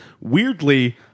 Weirdly